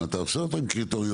אם אתה קובע אותו עם קריטריונים,